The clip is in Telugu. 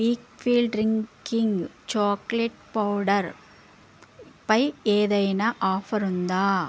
week field drinking chocolate powder పై ఏదైనా ఆఫర్ ఉందా